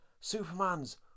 Superman's